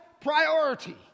priority